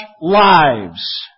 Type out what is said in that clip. lives